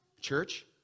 Church